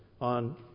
on